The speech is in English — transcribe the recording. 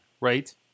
right